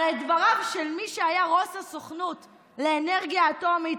הרי דבריו של מי שהיה ראש הסוכנות לאנרגיה אטומית,